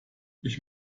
ich